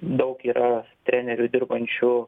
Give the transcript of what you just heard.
daug yra trenerių dirbančių